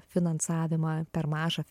finansavimą per mažą